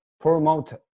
promote